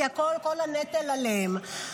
כי כל הנטל עליהן.